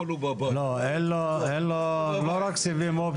לא, לא רק סיבים אופטיים.